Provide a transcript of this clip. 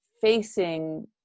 facing